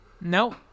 Nope